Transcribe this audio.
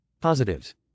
Positives